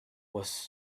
was